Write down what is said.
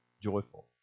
joyful